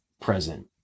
present